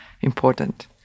important